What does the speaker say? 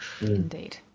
indeed